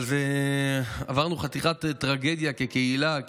אבל עברנו חתיכת טרגדיה כקהילה,